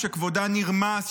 שכבודן נרמס,